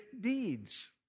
deeds